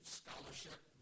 scholarship